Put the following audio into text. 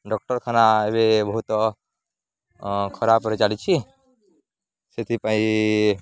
ଡ଼ାକ୍ଟରଖାନା ଏବେ ବହୁତ ଖରାପରେ ଚାଲିଛି ସେଥିପାଇଁ